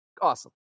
Awesome